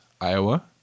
Iowa